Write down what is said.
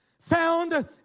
found